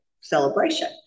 celebration